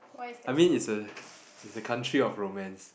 I mean it's a it's a country of romance